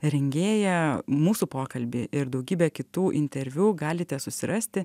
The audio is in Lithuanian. rengėja mūsų pokalbį ir daugybę kitų interviu galite susirasti